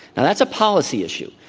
and that's a policy issue.